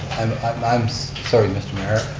um i'm i'm so sorry mr. mayor.